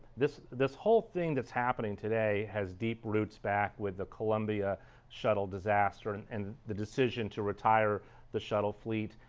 this this whole thing that is happening today has deep roots back with the colombia shuttle disaster and and the decision to retire the shuttle fleet.